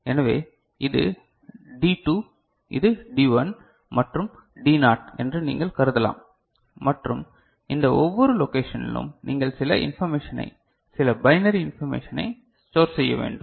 எனவே இது டி 2 இது டி 1 மற்றும் டி நாட் என்று நீங்கள் கருதலாம் மற்றும் இந்த ஒவ்வொரு லொகேஷனிலும் நீங்கள் சில இன்பர்மேஷனை சில பைனரி இன்ஃபர்மேஷனை ஸ்டோர் செய்ய வேண்டும்